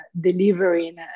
delivering